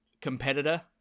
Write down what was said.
competitor